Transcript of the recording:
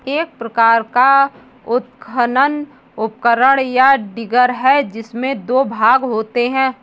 एक प्रकार का उत्खनन उपकरण, या डिगर है, जिसमें दो भाग होते है